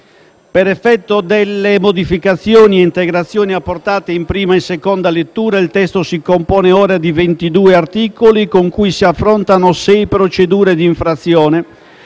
Per effetto delle modificazioni e integrazioni apportate in prima e in seconda lettura, il testo si compone ora di ventidue articoli, con cui si affrontano sei procedure di infrazione,